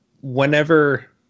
whenever